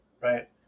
right